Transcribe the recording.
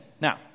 Now